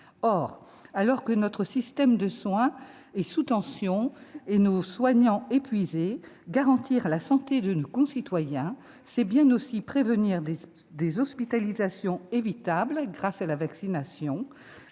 Alors que notre système de soins est sous tension et que nos soignants sont épuisés, garantir la santé de nos concitoyens, c'est aussi prévenir des hospitalisations évitables grâce à la vaccination.